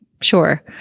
Sure